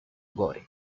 gore